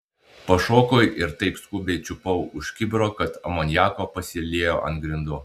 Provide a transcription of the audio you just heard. pašokau ir taip skubiai čiupau už kibiro kad amoniako pasiliejo ant grindų